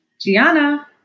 Gianna